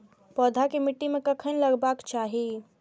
पौधा के मिट्टी में कखेन लगबाके चाहि?